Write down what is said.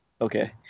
Okay